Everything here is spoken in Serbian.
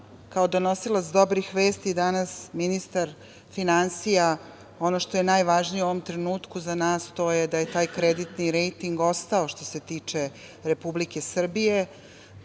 kao donosilac dobrih vesti danas ministar finansija, ono što je najvažnije u ovom trenutku za nas, to je da je taj kreditni rejting ostao što se tiče Republike Srbije,